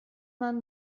man